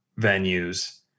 venues